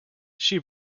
she